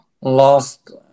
Lost